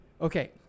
Okay